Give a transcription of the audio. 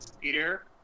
Peter